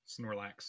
Snorlax